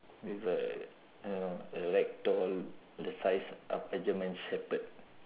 with a you know I like tall the size of a german shepherd